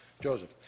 Joseph